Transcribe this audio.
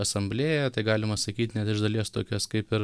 asamblėją tai galima sakyt net iš dalies tokias kaip ir